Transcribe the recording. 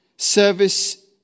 Service